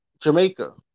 Jamaica